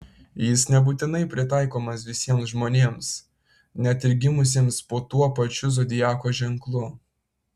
jis nebūtinai pritaikomas visiems žmonėms net ir gimusiems po tuo pačiu zodiako ženklu